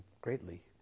greatly